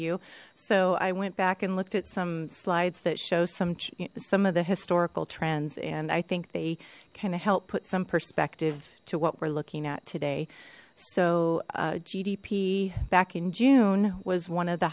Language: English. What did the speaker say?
you so i went back and looked at some slides that show some some of the historical trends and i think they kind of helped put some perspective to what we're looking at today so gdp back in june was one of the